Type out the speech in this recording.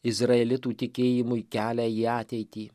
izraelitų tikėjimui kelią į ateitį